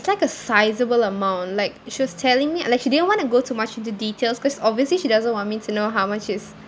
it's like a sizable amount like she was telling me uh like she didn't want to go too much into details cause obviously she doesn't want me to know how much is